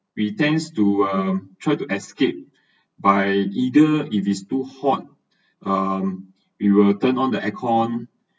we tend to um try to escape by either if is too hot um we will turn on the aircon